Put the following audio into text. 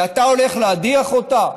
ואתה הולך להדיח אותה?